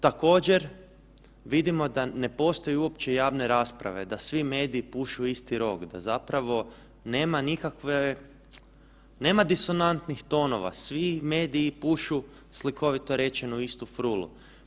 Također, vidimo da ne postoje uopće javne rasprave, da svi mediji pušu u isti rog, da zapravo nema nikakve, nema disonantnih tonova, svi mediji pušu, slikovito rečeno u istu frulu.